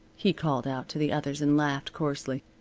he called out to the others, and laughed coarsely,